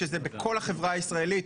שזה בכל החברה הישראלית,